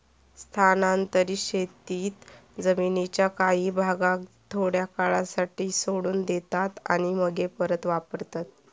स्थानांतरीत शेतीत जमीनीच्या काही भागाक थोड्या काळासाठी सोडून देतात आणि मगे परत वापरतत